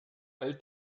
all